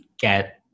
get